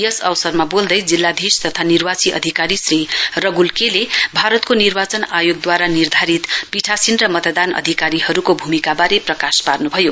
यस अवसरमा बोल्दै जिल्लाधीश तथा निर्वाची अधिकारी श्री रघ्ल के ले भारतको निर्वाचन आयोगद्वारा निर्धारित पीठासीन र र मतदान अधिकारीहरूको भूमिकाबारे प्रकाश पार्न्भयो